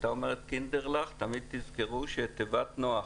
הייתה אומרת, קינדרלעך, תמיד תזכרו שאת תיבת נוח